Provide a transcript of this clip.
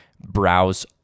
browse